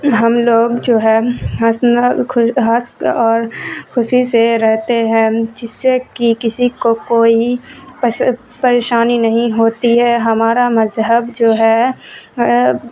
ہم لوگ جو ہے ہنسنا ہنس اور خوشی سے رہتے ہیں جس سے کہ کسی کو کوئی پریشانی نہیں ہوتی ہے ہمارا مذہب جو ہے